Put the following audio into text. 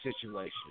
situation